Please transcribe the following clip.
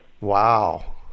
Wow